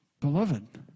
Beloved